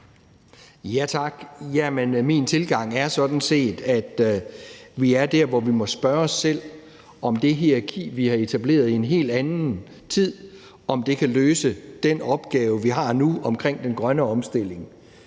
Tak. Min tilgang er sådan set, at vi er der, hvor vi må spørge os selv, om det hierarki, vi har etableret i en helt anden tid, kan løse den opgave, vi har nu med den grønne omstilling.